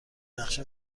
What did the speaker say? نقشه